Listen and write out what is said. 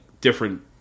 different